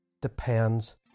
depends